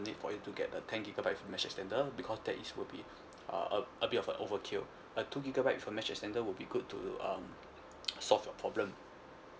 need for you to get a ten gigabyte with mesh extender because that is will be uh a a bit of a overkill a two gigabyte with mesh extender would be good to um solve your problem